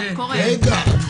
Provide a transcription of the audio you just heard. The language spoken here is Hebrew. יכול להיות.